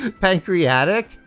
Pancreatic